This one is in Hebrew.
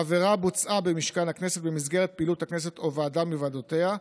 העבירה בוצעה במשכן הכנסת במסגרת פעילות הכנסת או ועדה מוועדותיה,